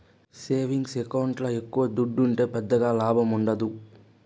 savings ఎకౌంట్ల ఎక్కవ దుడ్డుంటే పెద్దగా లాభముండదు